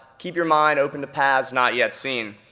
keep your mind open to paths not yet seen.